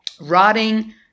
Rotting